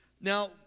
Now